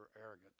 arrogant